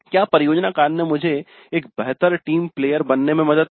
क्या परियोजना कार्य ने मुझे एक बेहतर टीम प्लेयर बनने में मदद की